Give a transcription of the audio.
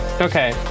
Okay